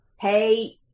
Pay